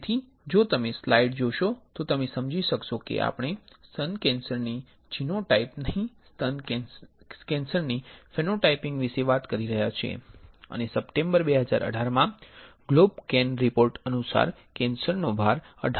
તેથી જો તમે સ્લાઇડ જોશો તો તમે સમજી શકશો કે આપણે સ્તન કેન્સરની જીનોટાઇપ નહીં સ્તન કેન્સરની ફેનોટાઇપિંગ વિશે વાત કરી રહ્યા છીએ અને સપ્ટેમ્બર 2018 માં GLOBOCAN રીપોર્ટ અનુસાર કેન્સર નો ભાર 18